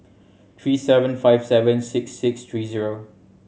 three seven five seven six six three zero